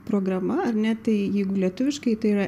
programa ar ne tai jeigu lietuviškai tai yra